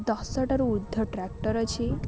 ଦଶଟାରୁ ଉର୍ଦ୍ଧ୍ୱ ଟ୍ରାକ୍ଟର୍ ଅଛି